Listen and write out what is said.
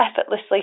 effortlessly